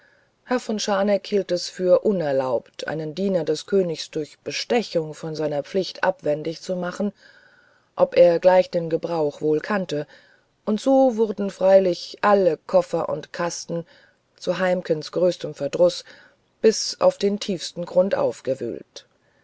herr von scharneck hielt es für unerlaubt einen diener des königs durch bestechung von seiner pflicht abwendig zu machen ob er gleich den gebrauch wohl kannte und so wurden freilich alle koffer und kasten zu heimkens großem verdruß bis auf den tiefsten grund aufgewühlt